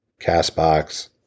CastBox